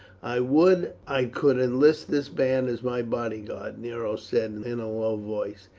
i would i could enlist this band as my bodyguard, nero said in a low voice,